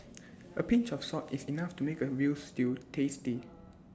A pinch of salt is enough to make A Veal Stew tasty